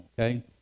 okay